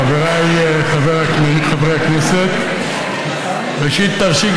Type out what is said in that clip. של חבר הכנסת אילן גילאון וקבוצת חברי הכנסת.